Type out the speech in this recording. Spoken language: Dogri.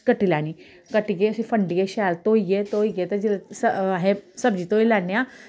कटी लैनी कट्टियै उस्सी फंडियै शैल धोइयै धोइयै ते जेल्लै असें सब्जी धोई लैन्ने आं